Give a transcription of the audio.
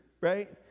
right